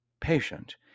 patient